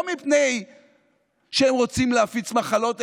לא מפני שהם רוצים להפיץ מחלות,